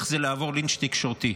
איך זה לעבור לינץ' תקשורתי?